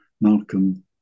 Malcolm